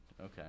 Okay